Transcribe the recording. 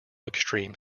extreme